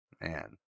Man